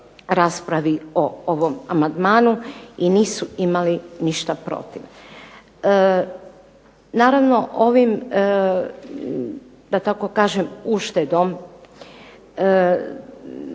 raspravi o ovom amandmanu i nisu imali ništa protiv. Naravno ovim da tako kažem uštedom,